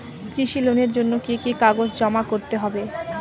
কৃষি লোনের জন্য কি কি কাগজ জমা করতে হবে?